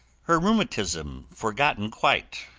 her rheumatism forgotten quite,